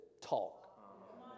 talk